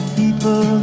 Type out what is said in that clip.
people